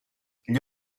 gli